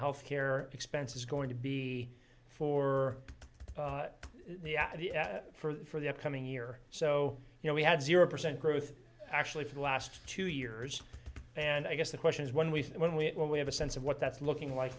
health care expenses going to be for the at the end for the upcoming year so you know we had zero percent growth actually for the last two years and i guess the question is when we see it when we when we have a sense of what that's looking like